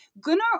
Gunnar